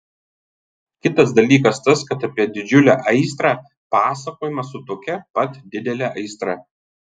kitas dalykas tas kad apie didžiulę aistrą pasakojama su tokia pat didele aistra